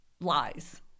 lies